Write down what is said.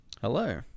Hello